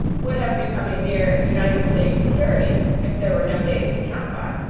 would have become a mere united states' security if there were no days to count by.